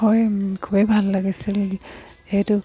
হয় খুবেই ভাল লাগিছিল সেইটো